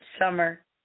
summer